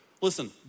Listen